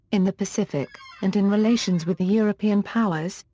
in the pacific, and in relations with the european powers,